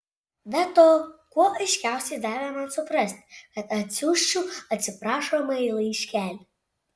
be to kuo aiškiausiai davė man suprasti kad atsiųsčiau atsiprašomąjį laiškelį